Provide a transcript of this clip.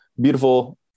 Beautiful